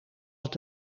het